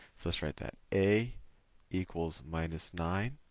so let's write that. a equals minus nine.